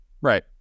Right